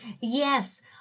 Yes